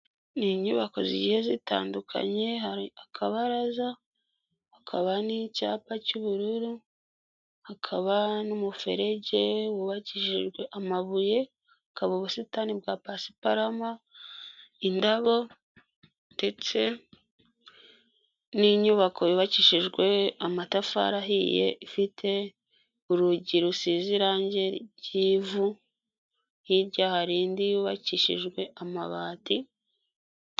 Ni inyubako zigiye zitandukanye, hari akabaraza hakaba n'icyapa cy'ubururu, hakaba n'umuferege wubakishijwe amabuye, hakaba ubusitani bwa pasiparama, indabo ndetse n'inyubako yubakishijwe amatafari ahiye ifite urugi rusize irangi ry'ivu, hirya hari indi yubakishijwe amabati.